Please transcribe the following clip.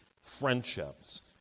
friendships